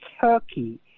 Turkey